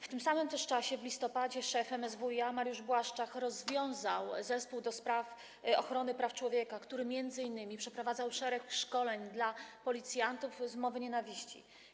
W tym samym czasie, w listopadzie, szef MSWiA Mariusz Błaszczak rozwiązał Zespół ds. Ochrony Praw Człowieka, który m.in. przeprowadzał szereg szkoleń dla policjantów dotyczących mowy nienawiści.